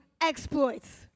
exploits